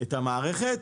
את המערכת,